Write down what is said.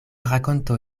rakonto